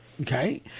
Okay